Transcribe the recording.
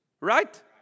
right